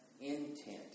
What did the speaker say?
intent